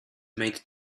made